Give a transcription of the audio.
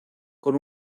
con